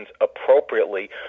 appropriately